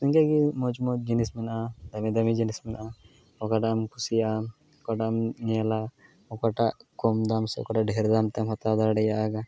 ᱮᱸᱰᱮᱜᱮ ᱢᱚᱡᱽᱼᱢᱚᱡᱽ ᱡᱤᱱᱤᱥ ᱢᱮᱱᱟᱜᱼᱟ ᱫᱟᱢᱤᱼᱫᱟᱢᱤ ᱡᱤᱱᱤᱥ ᱢᱮᱱᱟᱜᱼᱟ ᱚᱠᱟᱴᱟᱜᱮᱢ ᱠᱩᱥᱤᱭᱟᱜᱼᱟ ᱚᱠᱟᱴᱟᱜᱮᱢ ᱧᱮᱞᱟ ᱚᱠᱟᱴᱟᱜ ᱠᱚᱢ ᱫᱟᱢ ᱥᱮ ᱚᱠᱟᱴᱟᱜ ᱰᱷᱮᱨ ᱫᱟᱢᱛᱮᱢ ᱦᱟᱛᱟᱣ ᱫᱟᱲᱮᱭᱟᱜᱼᱟ